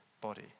body